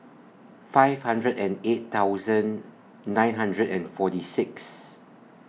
five hundred and eight thousand nine hundred and forty six